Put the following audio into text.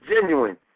genuine